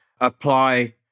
apply